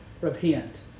repent